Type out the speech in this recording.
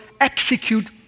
execute